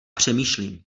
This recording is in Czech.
přemýšlím